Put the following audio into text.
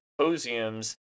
symposiums